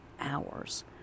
hours